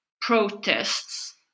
protests